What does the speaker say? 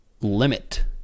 limit